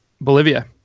Bolivia